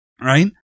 right